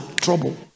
trouble